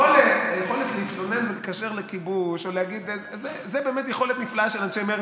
היכולת להתלונן ולקשר לכיבוש זו באמת יכולת נפלאה של אנשי מרצ,